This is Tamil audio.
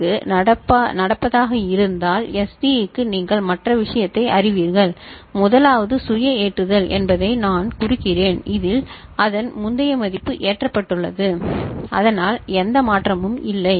க்கு நடப்பதாக இருந்தால் எஸ்டிக்கு நீங்கள் மற்ற விஷயத்தை அறிவீர்கள் முதலாவது சுய ஏற்றுதல் என்பதை நான் குறிக்கிறேன் இதில் அதன் முந்தைய மதிப்பு ஏற்றப்பட்டுள்ளது அதனால் எந்த மாற்றமும் இல்லை